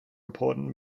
important